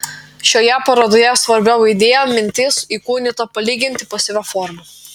šioje parodoje svarbiau idėja mintis įkūnyta palyginti pasyvia forma